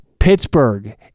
Pittsburgh